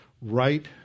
right